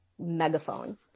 megaphone